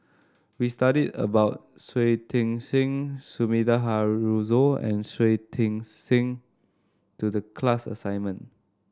we studied about Shui Tit Sing Sumida Haruzo and Shui Tit Sing to the class assignment